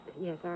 Yes